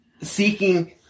Seeking